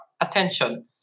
attention